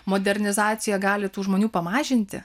modernizacija gali tų žmonių pamažinti